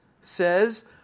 says